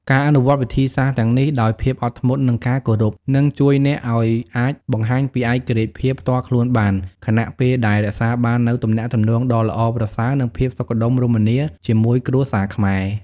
ការអនុវត្តវិធីសាស្ត្រទាំងនេះដោយភាពអត់ធ្មត់ និងការគោរព នឹងជួយអ្នកឲ្យអាចបង្ហាញពីឯករាជ្យភាពផ្ទាល់ខ្លួនបាន ខណៈពេលដែលរក្សាបាននូវ ទំនាក់ទំនងដ៏ល្អប្រសើរ និងភាពសុខដុមរមនា ជាមួយគ្រួសារខ្មែរ។